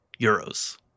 euros